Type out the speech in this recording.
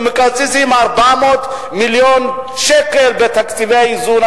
ומקצצים 400 מיליון שקל בתקציבי האיזון,